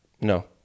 no